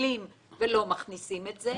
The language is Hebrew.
ומפצלים ולא מכניסים את זה,